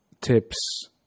tips